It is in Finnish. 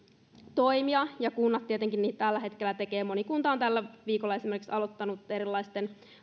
toimia ja kunnat tietenkin niitä tällä hetkellä tekevät moni kunta on tällä viikolla esimerkiksi aloittanut erilaisten